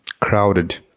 crowded